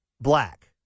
black